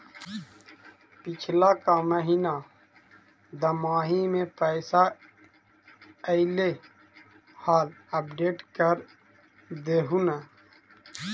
पिछला का महिना दमाहि में पैसा ऐले हाल अपडेट कर देहुन?